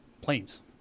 planes